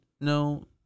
no